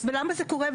ולמה זה קורה,